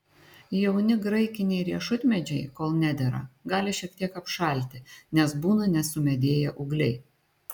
jauni graikiniai riešutmedžiai kol nedera gali šiek tiek apšalti nes būna nesumedėję ūgliai